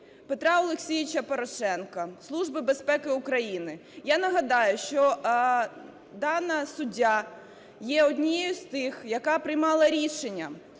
Петра Олексійовича Порошенка, Служби безпеки України. Я нагадаю, що дана суддя є однією з тих, яка приймала рішення